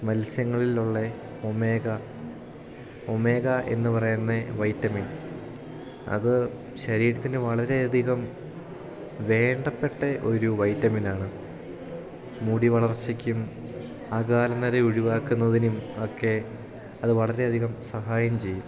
മത്സ്യങ്ങളിൽ ഉള്ള omega omega എന്ന് പറയുന്ന വൈറ്റമിൻ അത് ശരീരത്തിന് വളരെയധികം വേണ്ടപ്പെട്ട ഒരു വൈറ്റമിനാണ് മുടി വളർച്ചയ്ക്കും അകാലനര ഒഴിവാക്കുന്നതിനും ഒക്കെ അത് വളരെ അധികം സഹായം ചെയ്യും